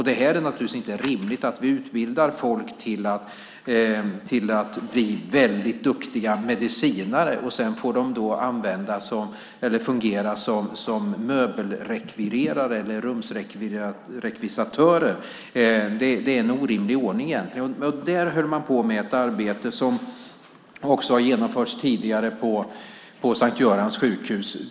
Det är naturligtvis inte rimligt att vi utbildar folk till att bli duktiga medicinare för att sedan fungera som möbel eller rumsrekvisitörer. Det är en orimlig ordning. Vid Karolinska i Huddinge håller de på med ett arbete som tidigare även genomförts vid Sankt Görans sjukhus.